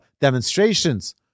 demonstrations